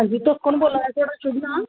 हां जी तुस कु'न बोला दे थुआढ़ा शुभ नाम